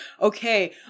okay